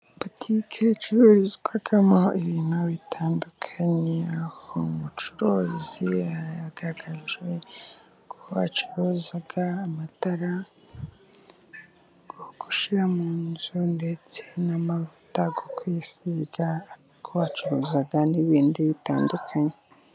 Butike icururizwamo ibintu bitandukanye ,umucuruzi yagaragajeko acuruza amatara yo gushyira mu nzu, ndetse n'amavuta yo kwisiga, ariko acuruza n'ibindi bitandukanye.